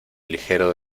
ligero